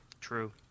True